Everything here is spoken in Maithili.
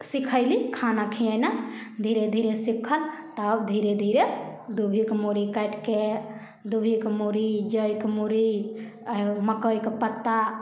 सिखैली खाना खिएना धीरे धीरे सीखल तब धीरे धीरे दुभिके मूड़ी काटिके दुभिके मूड़ी जइके मूड़ी आओर मकइके पत्ता